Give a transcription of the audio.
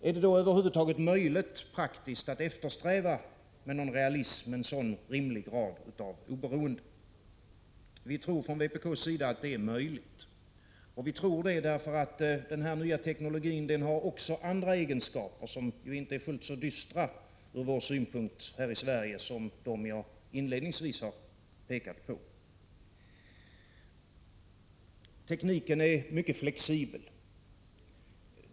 Är det då över huvud taget praktiskt möjligt att eftersträva en sådan rimlig grad av oberoende? Inom vpk tror vi att det är möjligt. Vi tror det därför att den nya teknologin också har andra egenskaper, som från svensk synpunkt inte är fullt så dystra som dem som jag inledningsvis pekade på. Tekniken är mycket flexibel.